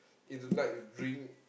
in the night you drink